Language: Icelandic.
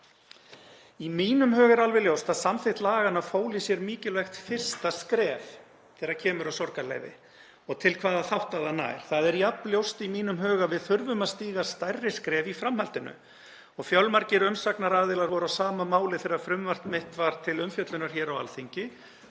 Í mínum huga er alveg ljóst að samþykkt laganna fól í sér mikilvægt fyrsta skref þegar kemur að sorgarleyfi og til hvaða þátta það nær. Það er jafn ljóst í mínum huga að við þurfum að stíga stærri skref í framhaldinu og fjölmargir umsagnaraðilar voru á sama máli þegar frumvarp mitt var til umfjöllunar hér á Alþingi.